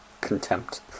Contempt